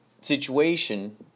situation